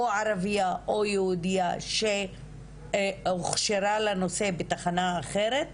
ערבייה או יהודייה שהוכשרה לנושא בתחנה אחרת,